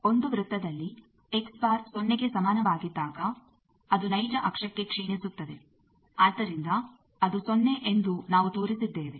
ಒಂದು ವೃತ್ತದಲ್ಲಿ ಸೊನ್ನೆಗೆ ಸಮಾನವಾಗಿದ್ದಾಗ ಅದು ನೈಜ ಅಕ್ಷಕ್ಕೆ ಕ್ಷೀಣಿಸುತ್ತದೆ ಆದ್ದರಿಂದ ಅದು ಸೊನ್ನೆ ಎಂದು ನಾವು ತೋರಿಸಿದ್ದೇವೆ